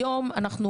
היום אנחנו,